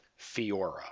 Fiora